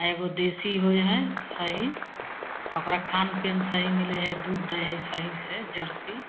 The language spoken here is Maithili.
आओर एगो देसी होइ हइ सही ओकरा खानपीन सही मिलै हइ दूध दै हइ सही से जरसी